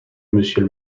monsieur